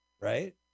right